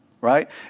right